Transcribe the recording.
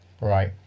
Right